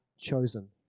chosen